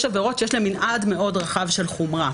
יש עבירות שיש להן מנעד מאוד רחב של חומרה.